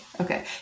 okay